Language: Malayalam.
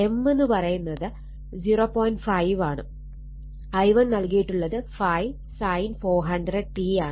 5 ആണ് i1 നൽകിയിട്ടുള്ളത് 5 sin 400 t ആണ്